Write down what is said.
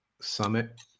summit